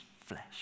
flesh